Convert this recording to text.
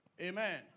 Amen